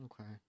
Okay